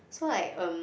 so like um